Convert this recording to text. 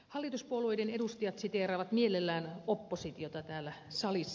hallituspuolueiden edustajat siteeraavat mielellään oppositiota täällä salissa